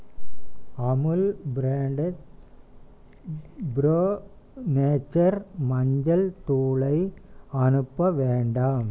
Amul branded pro nature மஞ்சள் தூளை அனுப்ப வேண்டாம்